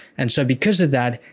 and so, because of that,